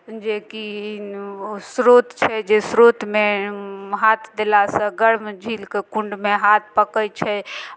जेकि ओ स्रोत छै जे स्रोतमे हाथ देलासँ गर्म झीलके कुण्डमे हाथ पकै छै